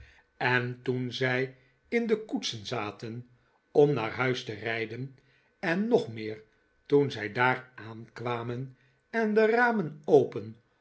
en toen zij in de koetsen zaten om naar huis te rijden en nog meer toen zij daar aankwamen en de ramen open